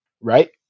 right